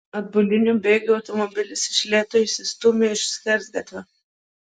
atbuliniu bėgiu automobilis iš lėto išsistūmė iš skersgatvio